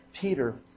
Peter